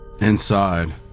Inside